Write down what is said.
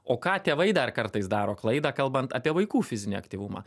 o ką tėvai dar kartais daro klaidą kalbant apie vaikų fizinį aktyvumą